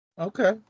Okay